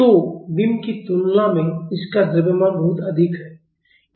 तो बीम की तुलना में इसका द्रव्यमान बहुत अधिक है